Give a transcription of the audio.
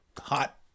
hot